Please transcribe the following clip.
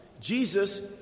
Jesus